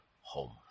home